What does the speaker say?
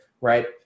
right